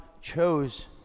chose